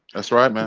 that's right.